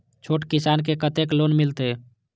छोट किसान के कतेक लोन मिलते?